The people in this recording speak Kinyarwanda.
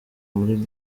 muri